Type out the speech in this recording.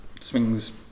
swings